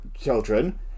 children